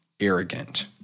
arrogant